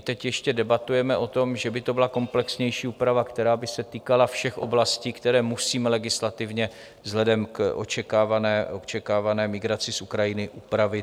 Teď ještě debatujeme o tom, že by to byla komplexnější úprava, která by se týkala všech oblastí, které musíme legislativně vzhledem k očekávané migraci z Ukrajiny upravit.